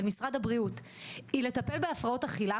משרד הבריאות היא לטפל בהפרעות אכילה